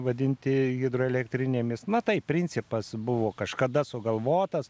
vadinti hidroelektrinėmis na tai principas buvo kažkada sugalvotas